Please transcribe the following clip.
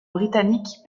britannique